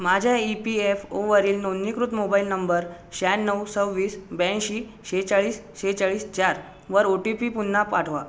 माझ्या E P F O वरील नोंदणीकृत मोबाईल नंबर शहाण्णव सव्वीस ब्याऐंशी सेहेचाळीस सेहेचाळीस चार वर ओ टी पी पुन्हा पाठवा